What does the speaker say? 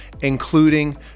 including